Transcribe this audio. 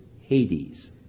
Hades